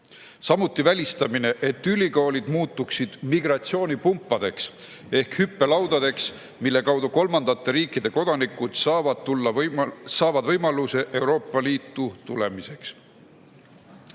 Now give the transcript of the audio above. selle välistamine, et ülikoolid muutuksid migratsioonipumpadeks ehk hüppelaudadeks, mille kaudu kolmandate riikide kodanikud saavad võimaluse Euroopa Liitu tulemiseks.